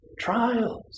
trials